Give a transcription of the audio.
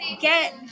get